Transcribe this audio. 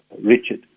Richard